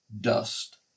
Dust